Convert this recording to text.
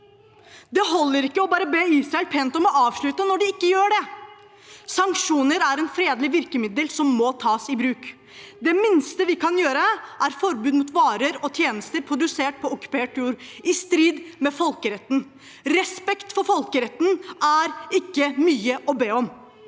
Det holder ikke bare å be Israel pent om å avslutte. Når de ikke gjør det, er sanksjoner et fredelig virkemiddel som må tas i bruk. Det minste vi kan gjøre, er et forbud mot varer og tjenester produsert på okkupert jord i strid med folkeretten. Respekt for folkeretten er ikke mye å be om.